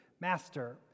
Master